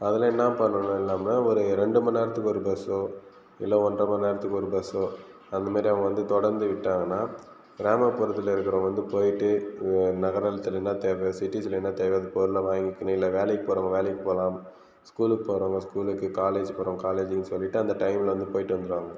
அதல்லாம் என்ன பண்ணணும் நாம் ஒரு இரண்டு மணி நேரத்துக்கு ஒரு பஸ்ஸோ இல்லை ஒன்றரை மணி நேரத்திற்கு ஒரு பஸ்ஸோ அந்த மாதிரி அவங்க வந்து தொடர்ந்து விட்டாங்கன்னால் கிராமப்புறத்தில் இருக்கிறவங்க வந்து போய் விட்டு நகரத்தில் என்ன தேவையோ சிட்டீசில் என்ன தேவையோ அந்த பொருளை வாங்கிக்கொண்டு இல்லை வேலைக்கு போகிறவங்க வேலைக்கு போகலாம் ஸ்கூலுக்கு போகிறவங்க ஸ்கூலுக்கு காலேஜ் போகிறவங் காலேஜுக்கு என்று சொல்லிவிட்டு அந்த டைமில் வந்து போய்விட்டு வந்திடுவாங்க